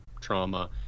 trauma